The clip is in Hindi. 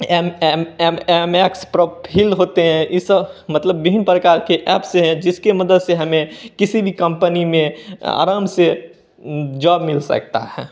एम एम एम एम एक्स प्रोफील होते हैं इस मतलब विभिन्न प्रकार के ऐप्स हैं जिसके मदद से हमें किसी भी कंपनी में आराम से जॉब मिल सकता हैं